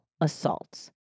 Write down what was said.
assaults